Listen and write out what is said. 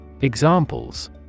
Examples